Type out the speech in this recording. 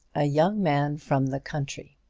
a young man from the country